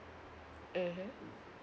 mmhmm